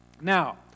now